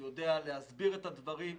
ויודע להסביר את הדברים.